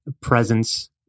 presence